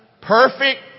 perfect